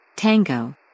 Tango